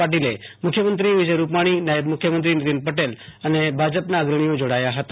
પાટીલ મુખ્યમંત્રી વિજય રૂપાણીનાયબ મુખ્યમંત્રી નીતીન પટેલ અને ભાજપના અગ્રણીઓ જોડાયા હતા